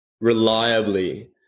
reliably